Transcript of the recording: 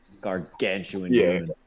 gargantuan